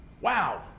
wow